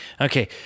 okay